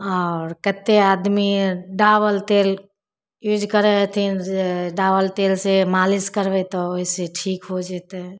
आओर कतेक आदमी डाबल तेल यूज करै हथिन जे डाबल तेल से मालिश करबै तऽ ओहिसे ठीक हो जेतै